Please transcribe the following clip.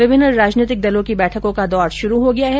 विभिन्न राजनीतिक दलों की बैठकों का दौर शुरु हो गया है